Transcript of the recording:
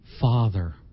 Father